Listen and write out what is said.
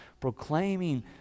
proclaiming